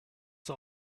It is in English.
the